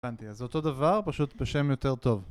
הבנתי אז אותו דבר פשוט בשם יותר טוב